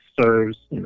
serves